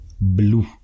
blue